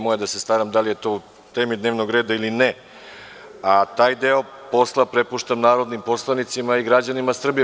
Moje je da se staram da li je to u temi dnevnog reda ili ne, a taj deo posla prepuštam narodnim poslanicima i građanima Srbije.